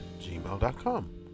gmail.com